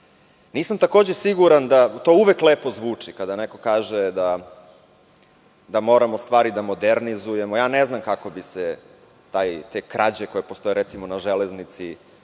takođe siguran da to uvek lepo zvuči kada neko kaže da moramo stvari da modernizujemo. Ne znam kako bi se te krađe koje postoje, recimo, na železnici